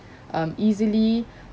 um easily